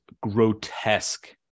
grotesque